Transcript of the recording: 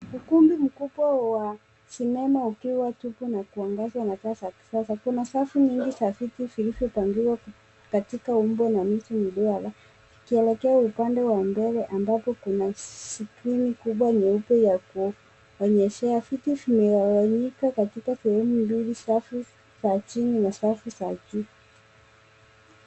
Ukumbi mkubwa wa cinema ukiwa tupu na kuangazwa na taa za kisasa, kuna safi nyingi za viti vilivyo pangiwa katika umbo wa nusu duara ,zikielekea upande wa mbele ambapo kuna scrini kubwa nyeupe ya kuonyeshea. Viti zimegawanyika katoka sehemu mbili safi za chini na safi za juu .